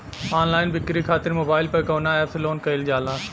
Online बिक्री खातिर mobile पर कवना एप्स लोन कईल जाला?